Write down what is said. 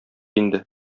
инде